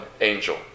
angel